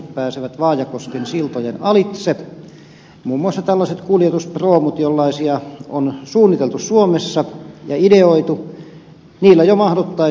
ne pääsevät vaajakosken siltojen alitse muun muassa kuljetusproomut jollaisia on suunniteltu ja ideoitu suomessa